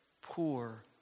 poor